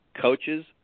coaches